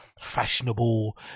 fashionable